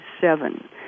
seven